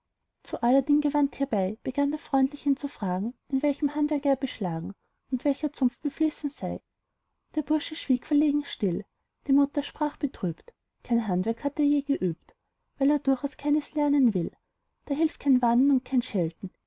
zu aladdin gewandt hierbei begann er freundlich ihn zu fragen in welchem handwerk er beschlagen und welcher zunft beflissen sei der bursche schwieg verlegen still die mutter aber sprach betrübt kein handwerk hat er je geübt weil er durchaus nichts lernen will da hilft kein warnen und kein schelten